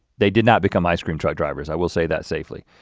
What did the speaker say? they did not become ice cream truck drivers, i will say that safely.